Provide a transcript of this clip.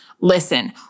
Listen